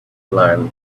alarm